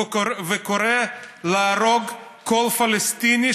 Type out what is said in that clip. או שאני קורא אותך פעם שלישית,